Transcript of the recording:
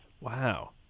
Wow